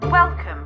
Welcome